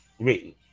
written